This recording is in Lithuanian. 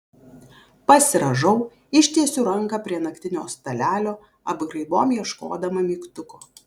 pasirąžau ištiesiu ranką prie naktinio stalelio apgraibom ieškodama mygtuko